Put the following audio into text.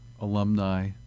alumni